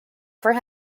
for